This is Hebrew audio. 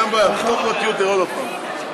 אין בעיה, אותי יותר עוד פעם.